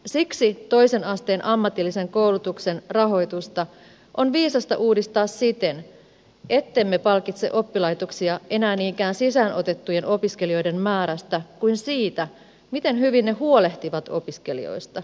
siksi toisen asteen ammatillisen koulutuksen rahoitusta on viisasta uudistaa siten ettemme palkitse oppilaitoksia enää niinkään sisään otettujen opiskelijoiden määrästä kuin siitä miten hyvin ne huolehtivat opiskelijoista